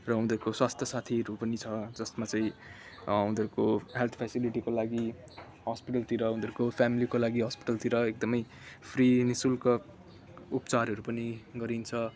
र उनीहरूको स्वास्थ्य साथीहरू पनि छ जसमा चाहिँ उनीहरूको हेल्थ फेसिलिटीको लागि हस्पिटलतिर उनीहरूको फेमिलीको लागि हस्पिटलतिर एकदमै फ्री निःशुल्क उपचारहरू पनि गरिन्छ